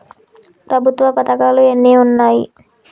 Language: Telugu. ప్రభుత్వ పథకాలు ఎన్ని ఉన్నాయి?